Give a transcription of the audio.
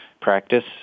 practice